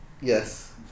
Yes